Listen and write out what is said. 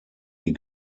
die